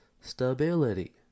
stability